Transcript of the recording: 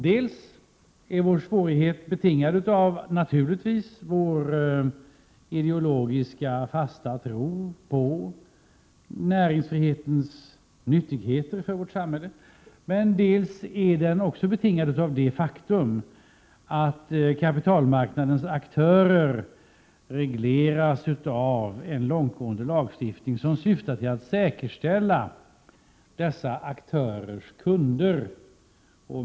Dels är vår svårighet att förstå betingad av vår ideologiskt fasta tro på näringsfrihetens nytta för vårt samhälle, dels är den betingad av det faktum att kapitalmarknadens aktörer regleras av en långtgående lagstiftning, som syftar till att säkerställa dessa aktörers kunder.